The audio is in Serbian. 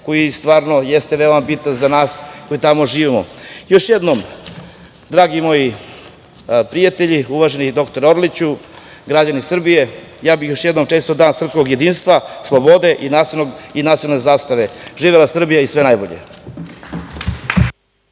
koji jeste veoma bitan za nas, koji tamo živimo. Dragi moji prijatelji, uvaženi doktore Orliću, građani Srbije, ja bih još jednom čestitao Dan srpskog jedinstva, slobode i nacionalne zastave. Živela Srbija i sve najbolje.